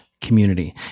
community